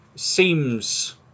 Seems